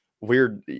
weird